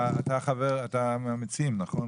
אתה מהמציעים, נכון?